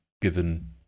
given